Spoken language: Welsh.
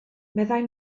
meddai